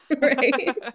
Right